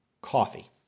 coffee